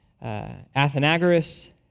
Athenagoras